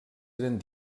eren